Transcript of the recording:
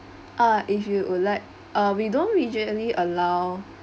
uh if you would like uh we don't usually allow